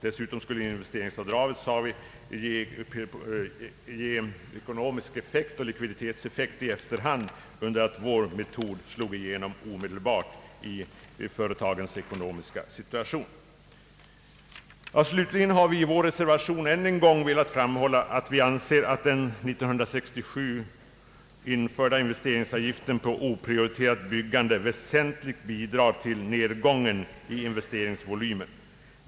Dessutom skuile befrielse från omsen redan vid halvårsskiftet omedelbart ha en gynnsam effekt på företagets likviditet under det att investeringsavdraget först skulle ge resultat långt efter det att investeringen genomförts. Slutligen har vi i vår reservation än en gång velat framhålla att vi anser att den år 1967 införda investeringsavgiften på oprioriterat byggande väsentligt bidrog till nedgången i investeringsvolymen.